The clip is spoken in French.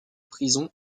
prisons